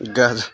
গাজ